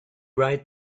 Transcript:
right